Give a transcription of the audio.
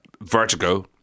Vertigo